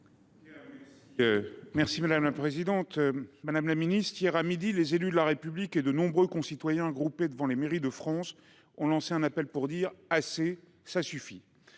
et de la ruralité. Madame la ministre, hier, à midi, les élus de la République et de nombreux concitoyens groupés devant les mairies de France ont lancé un appel pour dire :« Assez ! Ça suffit !